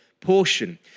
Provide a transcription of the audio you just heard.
portion